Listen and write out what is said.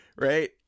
right